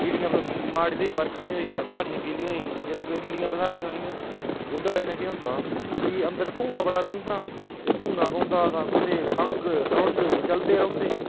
गिल्लियां माड़ी जेही बरखा नी होई ते बसाठियां गिल्लियां होई गेइयां जेल्लै गिल्लियां बसाठियां होई गेइयां ते ओह्दी बजह कन्नै केह् होंदा कि अंदर धुआं बड़ा पेई जंदा ते धुआं पौंदा हा कुसै खंघ सरुंड चलदे रौंह्दे हे